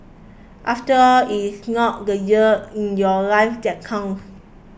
after it is not the years in your life that count